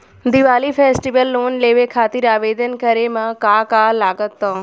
Diwali festival loan लेवे खातिर आवेदन करे म का का लगा तऽ?